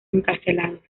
encarcelados